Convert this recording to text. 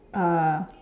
uh